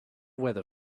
weather